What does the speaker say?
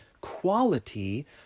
quality